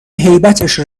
هیبتش